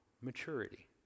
maturity